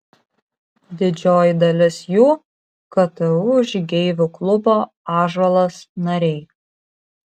didžioji dalis jų ktu žygeivių klubo ąžuolas nariai